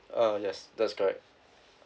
uh yes that's correct